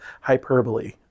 hyperbole